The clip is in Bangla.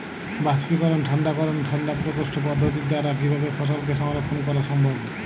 বাষ্পীকরন ঠান্ডা করণ ঠান্ডা প্রকোষ্ঠ পদ্ধতির দ্বারা কিভাবে ফসলকে সংরক্ষণ করা সম্ভব?